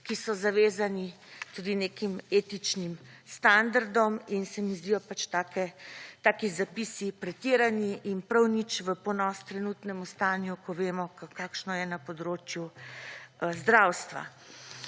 ki so zavezani tudi nekim etičnim standardom in se mi zdijo pač taki zapisi pretirani in prav nič v ponos trenutnemu stanju, ko vemo kakšno je na področju zdravstva.